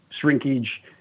shrinkage